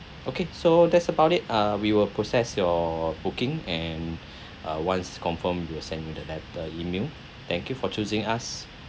okay so that's about it uh we will process your booking and uh once confirm we'll send you the letter and email thank you for choosing us